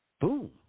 boom